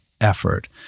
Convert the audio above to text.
effort